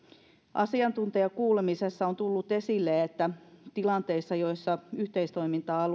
asiantuntijakuulemisessa on tullut esille että tilanteissa joissa yhteistoiminta alueet